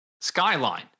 Skyline